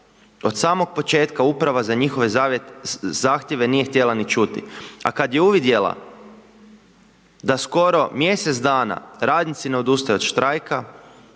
Od samog početka uprava za njihove zahtjeve nije htjela ni čuti. A kada je uvidjela da skoro mjesec dana radnici ne odustaju od štrajka,